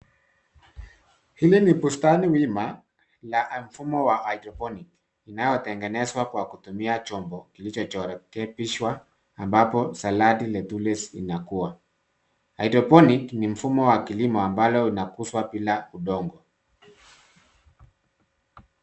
Hili ni bustani wima la mfumo wa hydoponic inayotengenezwa kwa kutumia chombo kilichorekebishwa ambapo saladi lettuce kinakua. Hydroponic ni mfumo wa kilimo ambao unakuzwa bila udongo.